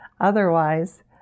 otherwise